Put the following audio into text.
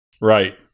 Right